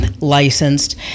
licensed